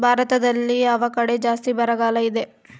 ಭಾರತದಲ್ಲಿ ಯಾವ ಕಡೆ ಜಾಸ್ತಿ ಬರಗಾಲ ಇದೆ?